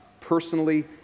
personally